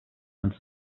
and